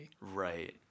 right